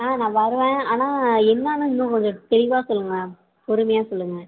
ஆ நான் வருவேன் ஆனால் என்னென்னு இன்னும் கொஞ்சம் தெளிவாக சொல்லுங்க பொறுமையாக சொல்லுங்க